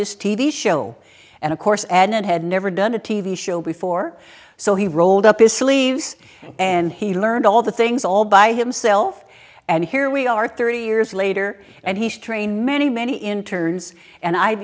this t v show and of course and had never done a t v show before so he rolled up his sleeves and he learned all the things all by himself and here we are thirty years later and he's train many many interns and i've